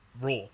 Raw